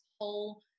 whole